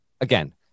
Again